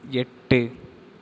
எட்டு